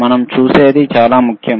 మనం చూసేది చాలా ముఖ్యం